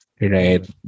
right